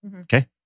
Okay